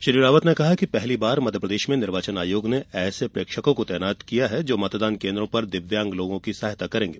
श्री रावत ने कहा कि पहली बार मध्यप्रदेश में निर्वाचन आयोग ऐसे प्रेक्षकों को तैनात करेगा जो मतदान केन्द्रों पर दिव्यांग लोगों की सहायता करेंगे